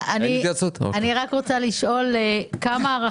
רוצה לשאול,